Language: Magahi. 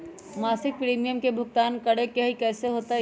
मासिक प्रीमियम के भुगतान करे के हई कैसे होतई?